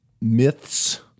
myths